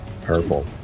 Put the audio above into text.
purple